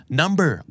number